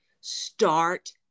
start